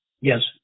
Yes